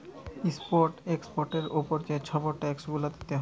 import এক্সপর্টের উপরে যে ছব ট্যাক্স গুলা দিতে হ্যয়